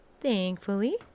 Thankfully